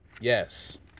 yes